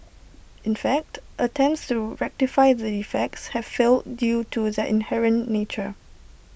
in fact attempts to rectify the defects have failed due to their inherent nature